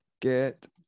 get